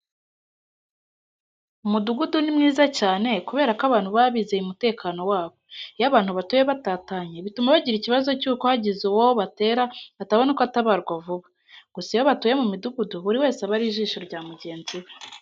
Umudugudu ni mwiza cyane kubera ko abantu baba bizeye umutekano wabo. Iyo abantu batuye batatanye bituma bagira ikibazo cy'uko hagize uwo batera atabona uko atabarwa vuba, gusa iyo batuye mu midugudu buri wese aba ari ijisho rya mugenzi we.